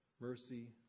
Mercy